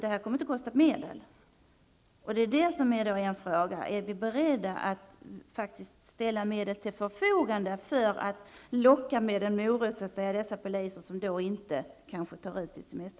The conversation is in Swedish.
Detta kommer att kosta medel. Frågan är om vi är beredda att ställa medel till förfogande som en morot för att locka dessa poliser att inte då ta ut sin semester.